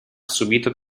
subito